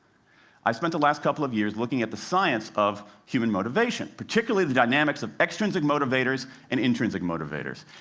i spent the last couple of years looking at the science of human motivation, particularly the dynamics of extrinsic motivators and intrinsic motivators.